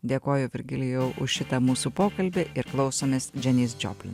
dėkoju virgilijau už šitą mūsų pokalbį ir klausomės dženys džoplin